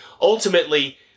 ultimately